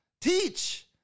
teach